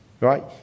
right